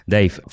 Dave